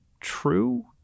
true